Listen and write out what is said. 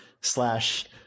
slash